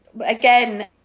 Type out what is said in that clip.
again